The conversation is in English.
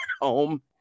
home